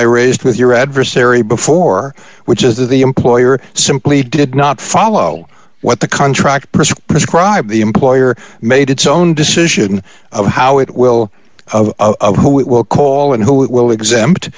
i raised with your adversary before which is that the employer simply did not follow what the contract person prescribe the employer made its own decision of how it will of who it will call and who will exempt